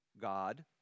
God